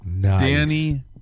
Danny